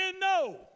no